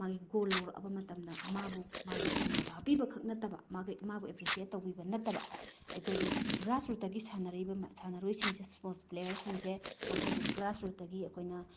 ꯃꯥꯒꯤ ꯒꯣꯜ ꯂꯧꯔꯛꯑꯕ ꯃꯇꯝꯗ ꯃꯥꯕꯨ ꯃꯥꯒꯤ ꯊꯧꯅꯥꯗꯨ ꯍꯥꯞꯄꯤꯕꯈꯛ ꯅꯠꯇꯕ ꯃꯥꯒꯤ ꯃꯥꯕꯨ ꯑꯦꯄ꯭ꯔꯤꯁꯤꯌꯦꯠ ꯇꯧꯕꯤꯕ ꯅꯠꯇꯕ ꯑꯩꯈꯣꯏꯒꯤ ꯒ꯭ꯔꯥꯁꯔꯨꯠꯇꯒꯤ ꯁꯥꯟꯅꯔꯛꯏꯕ ꯁꯥꯟꯅꯔꯣꯏꯁꯤꯡꯁꯦ ꯏꯁꯄꯣꯔꯠꯁ ꯄ꯭ꯂꯦꯌꯔꯁꯤꯡꯁꯦ ꯃꯈꯣꯏꯕꯨ ꯒ꯭ꯔꯥꯁꯔꯨꯠꯇꯒꯤ ꯑꯩꯈꯣꯏꯅ